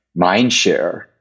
mindshare